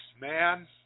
man